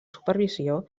supervisió